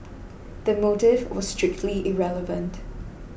the motive was strictly irrelevant